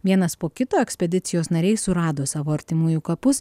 vienas po kito ekspedicijos nariai surado savo artimųjų kapus